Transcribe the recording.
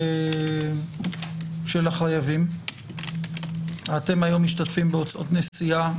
של החייבים, אתם היום משתתפים בהוצאות נסיעה?